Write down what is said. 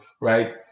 right